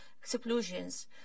exclusions